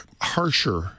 harsher